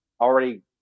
already